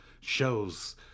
shows